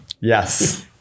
Yes